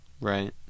right